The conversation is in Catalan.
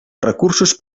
recursos